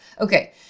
Okay